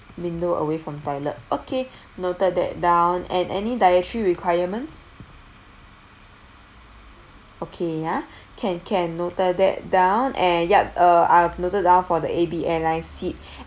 window away from toilet okay noted that down and any dietary requirements okay ah can can noted that down and ya uh I've noted down for the A B airline seat